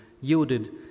yielded